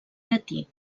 llatí